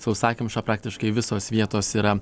sausakimša praktiškai visos vietos yra